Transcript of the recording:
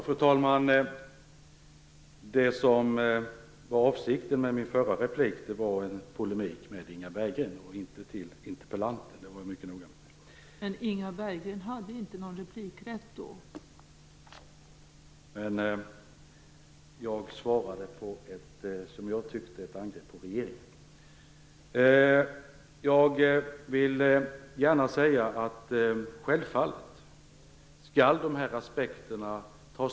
Fru talman! Avsikten med min förra replik var en polemik med Inga Berggren, och inte med interpellanten. Det är jag mycket noga med att framhålla.